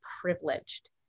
privileged